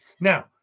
Now